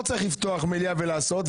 לא צריך לפתוח מליאה ולעשות,